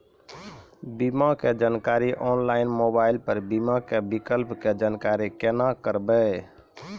बीमा के जानकारी ऑनलाइन मोबाइल पर बीमा के विकल्प के जानकारी केना करभै?